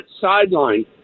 sideline